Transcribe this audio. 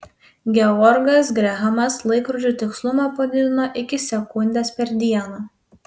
georgas grehamas laikrodžių tikslumą padidino iki sekundės per dieną